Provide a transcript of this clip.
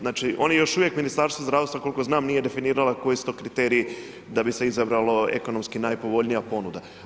Znači oni još uvijek, Ministarstvo zdravstva nije definiralo koji su to kriteriji da bi se izabrala ekonomski najpovoljnija ponuda.